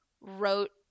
wrote